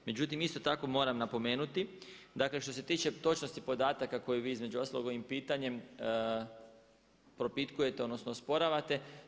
Međutim, isto tako moram napomenuti, dakle što se tiče točnosti podataka koji vi između ostalog ovim pitanjem propitkujete odnosno osporavate.